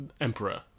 emperor